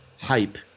hype